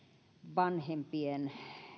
vanhempien